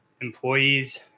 employees